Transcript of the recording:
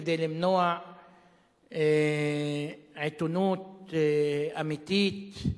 כדי למנוע עיתונות אמיתית,